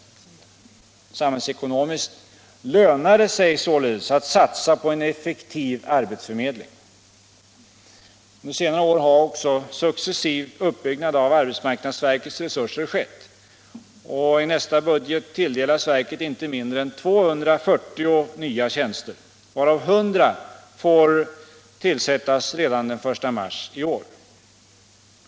Samhällsekonomiskt lönar det sig således att satsa på en effektiv arbetsförmedling. Under senare år har också en successiv uppbyggnad av arbetsmarknadsverkets resurser skett. I nästa budget tilldelas verket inte mindre än 240 nya tjänster, varav 100 får tillsättas redan den 1 mars i år.